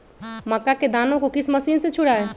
मक्का के दानो को किस मशीन से छुड़ाए?